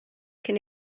cyn